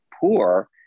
poor